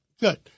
good